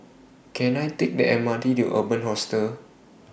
Can I Take The M R T to Urban Hostel